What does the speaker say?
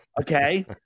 okay